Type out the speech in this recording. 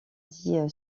dit